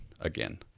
again